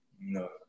No